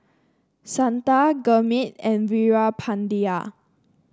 Santha Gurmeet and Veerapandiya